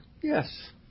Yes